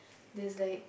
this like